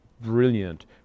brilliant